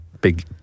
big